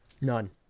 None